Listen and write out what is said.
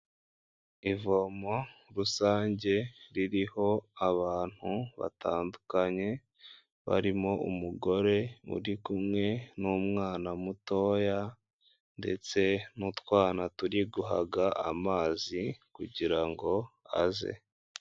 Ivomo rusange ririho abantu batandukanye barimo umugore uri kumwe n'umwana mutoya ndetse n'utwana turi guhaga amazi kugirango aze.